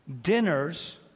dinners